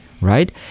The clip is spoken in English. right